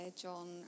John